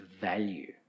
value